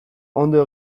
ondo